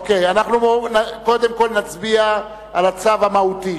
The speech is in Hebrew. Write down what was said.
קודם כול נצביע על הצו המהותי,